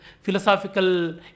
philosophical